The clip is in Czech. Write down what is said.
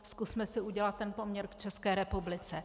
Zkusme si udělat ten poměr v České republice.